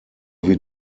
wir